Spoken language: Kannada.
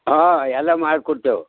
ಹಾಂ ಎಲ್ಲ ಮಾಡಿ ಕೊಡ್ತೇವೆ